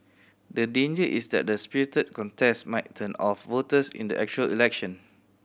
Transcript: the danger is that the spirited contest might turn off voters in the actual election